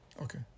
Okay